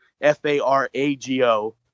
F-A-R-A-G-O